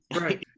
right